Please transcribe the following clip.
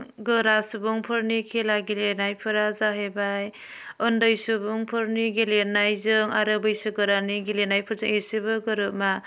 गोरा सुबुंफोरनि खेला गेलेनायफोरा जाहैबाय ओन्दै सुबुंफोरनि गेलेनायजों आरो बैसो गोरानि गेलेनायफोरजों एसेबो गोरोबा